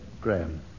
Graham